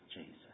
Jesus